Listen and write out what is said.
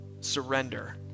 surrender